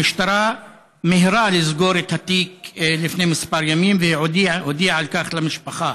המשטרה מיהרה לסגור את התיק לפני כמה ימים והודיעה על כך למשפחה.